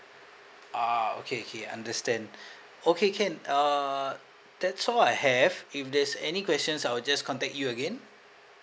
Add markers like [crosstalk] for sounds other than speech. ah okay okay understand [breath] okay can err that's all I have if there's any questions I will just contact you again